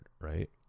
right